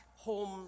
home